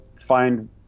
find